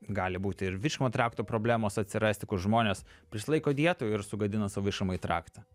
gali būti ir virškinamo trakto problemos atsirasti kur žmonės prisilaiko dietų ir sugadina savo virškinamąjį traktą